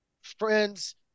friends